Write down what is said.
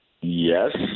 Yes